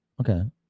Okay